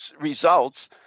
results